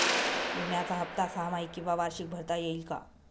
विम्याचा हफ्ता सहामाही किंवा वार्षिक भरता येईल का?